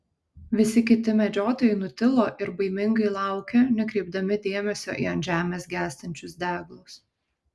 visi kiti medžiotojai nutilo ir baimingai laukė nekreipdami dėmesio į ant žemės gęstančius deglus